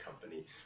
company